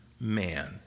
man